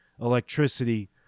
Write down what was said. electricity